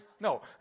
No